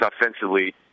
offensively